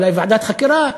אולי בוועדת חקירה,